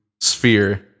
sphere